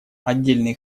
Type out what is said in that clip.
отдельные